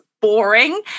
boring